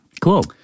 Cool